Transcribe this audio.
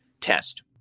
test